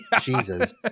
Jesus